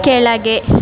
ಕೆಳಗೆ